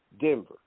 Denver